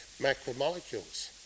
macromolecules